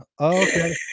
Okay